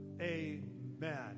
Amen